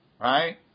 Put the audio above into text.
right